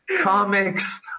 comics